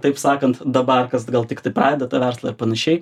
taip sakant dabar kas gal tiktai pradeda tą verslą panašiai